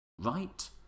Right